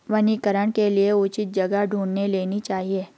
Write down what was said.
वनीकरण के लिए उचित जगह ढूंढ लेनी चाहिए